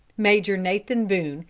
major nathan boone,